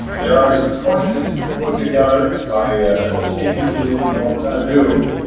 there are some questions that were put together by a distinguished group, and what we're going to do,